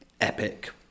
epic